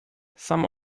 some